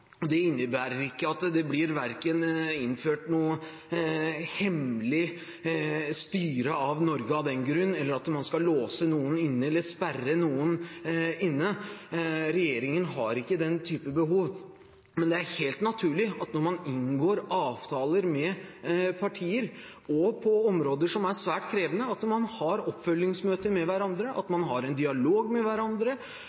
Det innebærer verken at det blir innført noe hemmelig styre av Norge, eller at man skal låse noen inne eller sperre noen inne. Regjeringen har ikke den type behov. Men det er helt naturlig at man når man inngår avtaler med partier, og på områder som er svært krevende, har oppfølgingsmøter, at man har en dialog med hverandre, og at man har en dialog